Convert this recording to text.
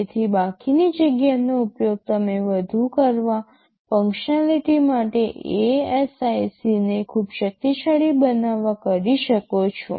તેથી બાકીની જગ્યાનો ઉપયોગ તમે વધુ કરવા ફંક્શનાલિટી માટે ASIC ને ખૂબ શક્તિશાળી બનાવવા કરી શકો છો